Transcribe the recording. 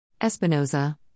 Espinoza